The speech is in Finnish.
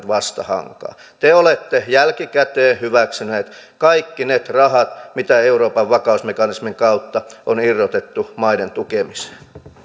vastahankaan te olette jälkikäteen hyväksyneet kaikki ne rahat mitä euroopan vakausmekanismin kautta on irrotettu maiden tukemiseen arvoisa